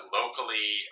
locally